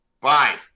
Bye